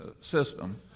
system